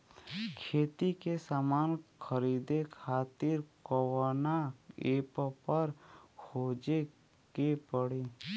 खेती के समान खरीदे खातिर कवना ऐपपर खोजे के पड़ी?